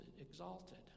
exalted